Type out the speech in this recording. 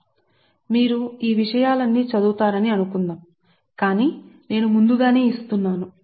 సరే మీకు ఈ విషయాలన్నీ చదువుతారని అనుకుందాం కాని ముందుగానే నేను ఇస్తున్నాను